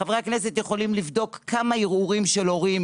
חברי הכנסת יכולים לבדוק כמה ערעורים של הורים,